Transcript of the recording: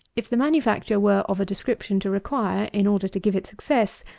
if the manufacture were of a description to require, in order to give it success,